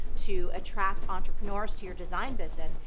to attract entrepreneurs to your design business,